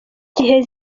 gihe